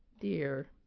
dear